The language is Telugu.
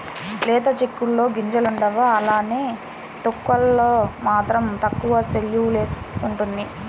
లేత చిక్కుడులో గింజలుండవు అలానే తొక్కలలో మాత్రం తక్కువ సెల్యులోస్ ఉంటుంది